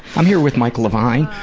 i'm here with mike levine,